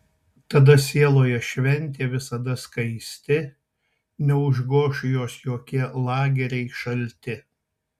tada sieloje šventė visada skaisti neužgoš jos jokie lageriai šalti